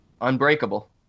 unbreakable